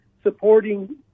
supporting